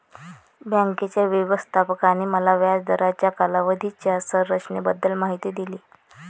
बँकेच्या व्यवस्थापकाने मला व्याज दराच्या कालावधीच्या संरचनेबद्दल माहिती दिली